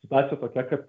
situacija tokia kad